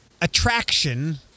attraction